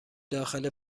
داخل